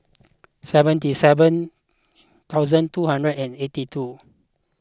seventy seven thousand two hundred and eighty two